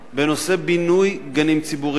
בנושא בינוי גנים ציבוריים,